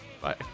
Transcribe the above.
Bye